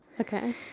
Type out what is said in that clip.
Okay